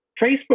Facebook